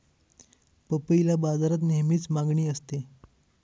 पपईला बाजारात नेहमीच मागणी असते